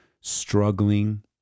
struggling